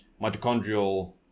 mitochondrial